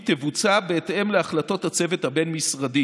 תבוצע בהתאם להחלטות הצוות הבין-משרדי.